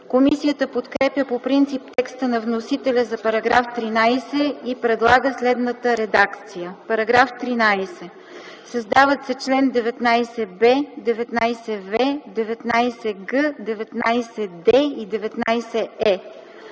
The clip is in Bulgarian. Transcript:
Комисията подкрепя по принцип текста на вносителя за § 13 и предлага следната редакция: „§ 13. Създават се членове 19б, 19в, 19г, 19д и 19е: